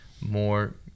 more